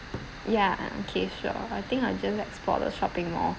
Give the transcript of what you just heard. ya okay sure I think I'll just explore the shopping mall